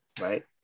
Right